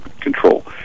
control